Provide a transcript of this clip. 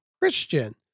Christian